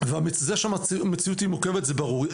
וזה שהמציאות היא מורכבת זה ברור.